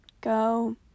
Go